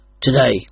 today